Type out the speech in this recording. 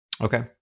Okay